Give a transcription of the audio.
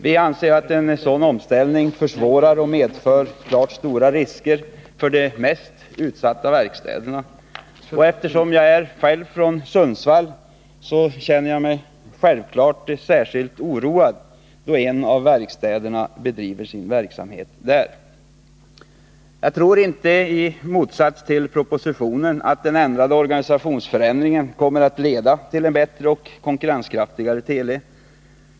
Vi anser att en sådan omställning medför stora risker för de mest utsatta verkstäderna. Eftersom jag är från Sundsvall känner jag mig självklart särskilt oroad, då en av verkstäderna bedriver sin verksamhet där. I motsats till dem som ställer upp för propositionen tror jag inte att organisationsförändringen kommer att leda till en bättre och konkurrenskraftigare Teli.